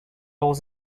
was